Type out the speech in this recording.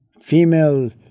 female